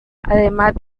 además